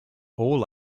all